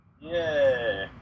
Yay